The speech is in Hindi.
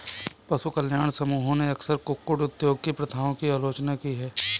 पशु कल्याण समूहों ने अक्सर कुक्कुट उद्योग की प्रथाओं की आलोचना की है